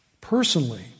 personally